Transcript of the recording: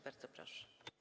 Bardzo proszę.